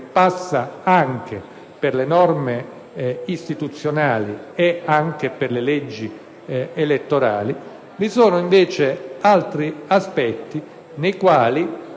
passa anche per le norme istituzionali e per le leggi elettorali) ve ne sono invece altri, per i quali